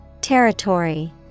Territory